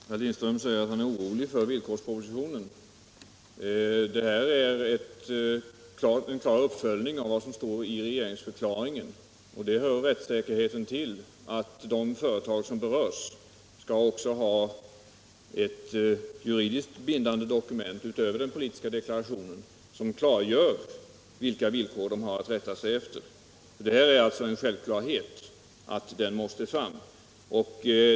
Herr talman! Herr Lindström säger att han är orolig för villkorspropositionen. Den är en klar uppföljning av vad som står i regeringsförklaringen. Det hör rättssäkerheten till att de företag som berörs skall ha ett juridiskt bindande dokument, utöver den politiska deklarationen, som klargör vilka villkor de har att rätta sig efter. Det är alltså en självklarhet att den propositionen måste fram.